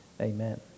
amen